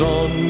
on